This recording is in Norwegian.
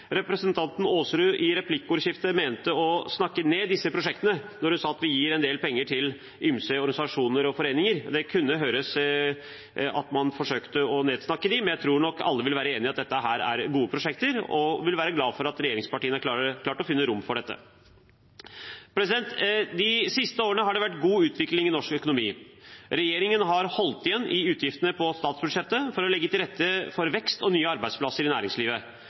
representanten Aasrud i replikkordskiftet mente å snakke ned disse prosjektene da hun sa at vi gir en del penger til ymse organisasjoner og foreninger. Det kunne høres ut som at man prøvde å snakke dem ned, men jeg tror nok alle vil være enig i at dette er gode prosjekter, og vil være glad for at regjeringspartiene har klart å finne rom for dette. De siste årene har det vært en god utvikling i norsk økonomi. Regjeringen har holdt igjen i utgiftene på statsbudsjettet for å legge til rette for vekst og nye arbeidsplasser i næringslivet.